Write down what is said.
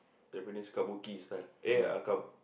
Japanese kabuki style eh